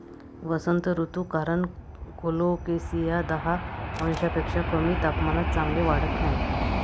वसंत ऋतू कारण कोलोकेसिया दहा अंशांपेक्षा कमी तापमानात चांगले वाढत नाही